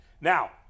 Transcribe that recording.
Now